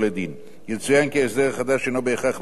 יצוין כי ההסדר החדש אינו בהכרח מתאים לכל סוגי